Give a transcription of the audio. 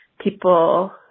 people